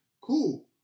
Cool